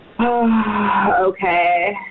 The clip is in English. Okay